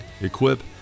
equip